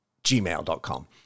gmail.com